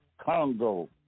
Congo